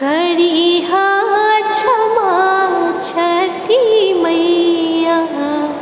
करीहऽ क्षमा छठी मैया